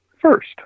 first